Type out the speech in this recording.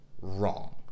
wrong